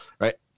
right